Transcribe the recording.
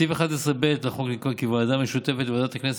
בסעיף 11(ב) לחוק נקבע כי ועדה משותפת לוועדת הכנסת